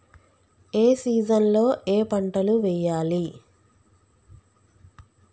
ఏ season లో ఏం పంటలు వెయ్యాలి?